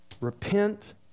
repent